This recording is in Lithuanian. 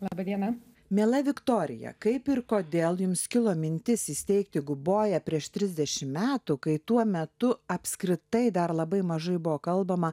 laba diena miela viktorija kaip ir kodėl jums kilo mintis įsteigti guboją prieš trisdešimt metų kai tuo metu apskritai dar labai mažai buvo kalbama